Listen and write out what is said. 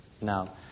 Now